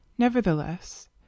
Nevertheless